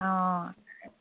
অঁ